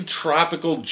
tropical